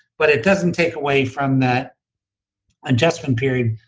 but it doesn't take away from that adjustment period,